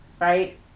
right